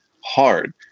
hard